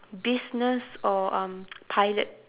business or pilot